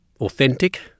authentic